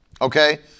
Okay